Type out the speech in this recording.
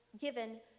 given